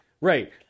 Right